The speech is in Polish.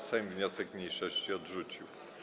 Sejm wniosek mniejszości odrzucił.